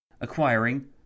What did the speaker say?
Acquiring